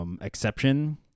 Exception